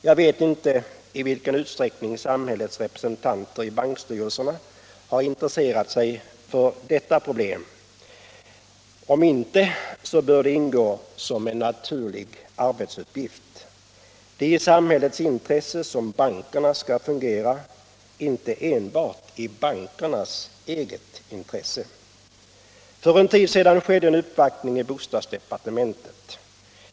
Jag vet inte i vilken utsträckning samhällets representanter i bankstyrelserna har intresserat sig för detta problem, men det bör ingå som en naturlig uppgift. Det är i samhällets intresse bankerna skall fungera, inte enbart i bankernas eget intresse. För en tid sedan gjordes det en uppvaktning i bostadsdepartementet.